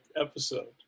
episode